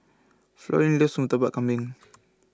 Florine loves Murtabak Kambing